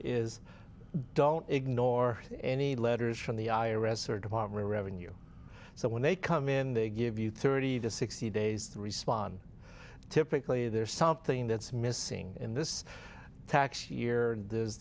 is don't ignore any letters from the i r s or department revenue so when they come in they give you thirty to sixty days to respond typically there's something that's missing in this tax year